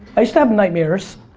i used to have nightmares,